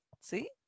see